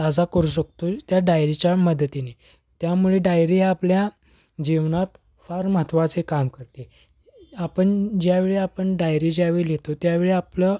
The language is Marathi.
ताजा करू शकतो त्या डायरीच्या मदतीने त्यामुळे डायरी या आपल्या जीवनात फार महत्त्वाचे काम करते आपण ज्यावेळी आपण डायरी ज्यावेळी लिहितो त्यावेळी आपलं